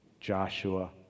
Joshua